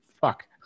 fuck